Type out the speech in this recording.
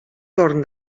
torn